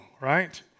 right